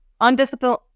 undisciplined